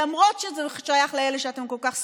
למרות שהוא ששייך לאלה שאתם כל כך שונאים,